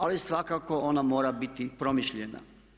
Ali svakako ona mora biti promišljena.